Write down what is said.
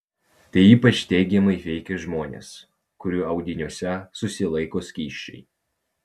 tai ypač teigiamai veikia žmones kurių audiniuose susilaiko skysčiai